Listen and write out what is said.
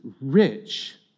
rich